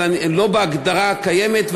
אבל לא בהגדרה הקיימת,